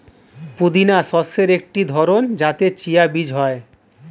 পুদিনা শস্যের একটি ধরন যাতে চিয়া বীজ হয়